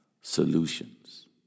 solutions